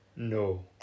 No